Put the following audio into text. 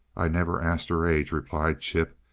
i never asked her age, replied chip,